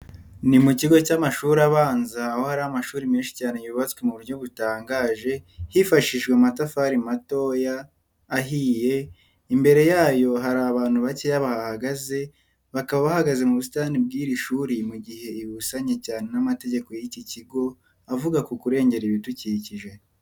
Ni mu kigo cy'amashuri abanza aho hari amashuri menshi cyane yubatswe mu buryo butangaje hifashishijwe amatafari matoya ahiye, imbere yayo hari abantu bakeya bahahagaze, bakaba bahagaze mu busitani bw'iri shuri mu gihe ibi bibusanye cyane n'amategeko y'iki kigo avuga ku kurengera ibidukikije.